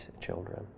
children